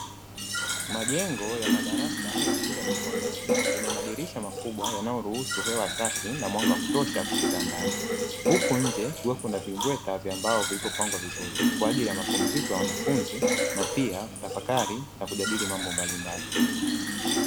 Majengo ya madarasa ya shule ya sekondari, yenye madirisha makubwa yanayoruhusu hewa safi na mwanga wa kutosha kupita ndani, huku nje huwa kuna vimbweta vya mbao vilivyopangwa vizuri kwa ajili ya mapumziko ya wanafunzi, na pia kutafakari na kujadili mambo mbalimbali.